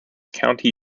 county